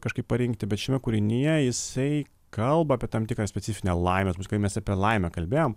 kažkaip parinkti bet šiame kūrinyje jisai kalba apie tam tikrą specifinę laimę mes apie laimę kalbėjom